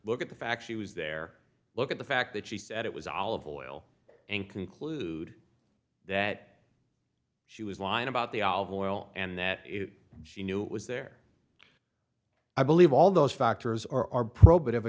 look at the fact she was there look at the fact that she said it was olive oil and conclude that she was lying about the olive oil and that is she knew it was there i believe all those factors or are pro